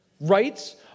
Rights